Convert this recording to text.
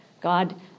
God